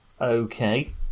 Okay